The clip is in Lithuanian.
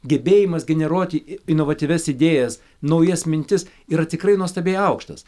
gebėjimas generuoti inovatyvias idėjas naujas mintis yra tikrai nuostabiai aukštas